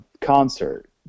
concert